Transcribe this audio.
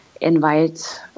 invite